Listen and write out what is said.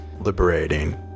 liberating